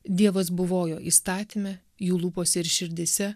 dievas buvojo įstatyme jų lūpose ir širdyse